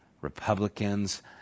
Republicans